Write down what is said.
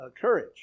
courage